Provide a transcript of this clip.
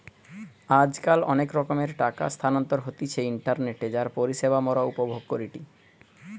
আজকাল অনেক রকমের টাকা স্থানান্তর হতিছে ইন্টারনেটে যার পরিষেবা মোরা উপভোগ করিটি